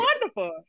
wonderful